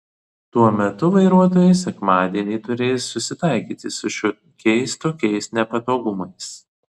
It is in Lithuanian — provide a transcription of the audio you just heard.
tuo metu vairuotojai sekmadienį turės susitaikyti su šiokiais tokiais nepatogumais